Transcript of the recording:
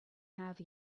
have